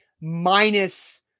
minus